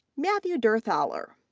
matthew durthaler,